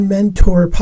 Mentor